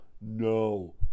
No